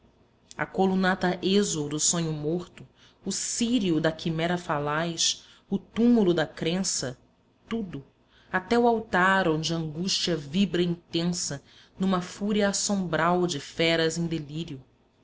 a colunata êxul do sonho morto o círio da quimera falaz o túmulo da crença tudo até o altar onde a angústia vibra intensa numa fúria assombral de feras em delírio